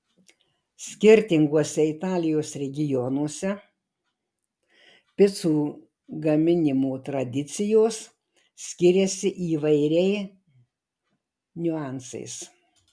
skirtinguose italijos regionuose picų gaminimo tradicijos skiriasi įvairiai niuansais